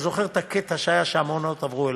אני זוכר את הקטע שהיה כשהמעונות עברו אלי,